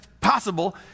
possible